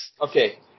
Okay